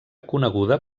coneguda